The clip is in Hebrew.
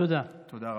תודה רבה.